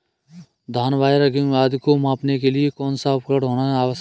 धान बाजरा गेहूँ आदि को मापने के लिए कौन सा उपकरण होना आवश्यक है?